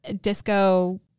disco